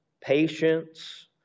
patience